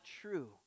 true